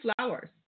flowers